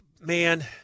man